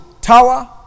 tower